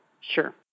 sure